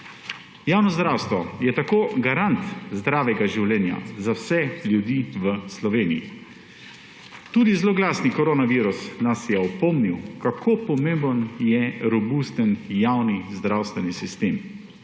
Javno zdravstvo je tako garant zdravega življenja za vse ljudi v Sloveniji. Tudi zloglasni koronavirus nas je opomnil, kako pomemben je robusten javni zdravstveni sistem.